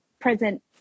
present